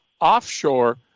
offshore